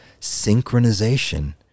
synchronization